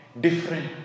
Different